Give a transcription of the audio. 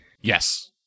Yes